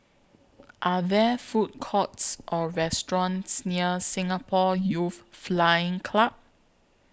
Are There Food Courts Or restaurants near Singapore Youth Flying Club